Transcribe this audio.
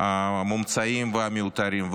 מומצאים ומיותרים.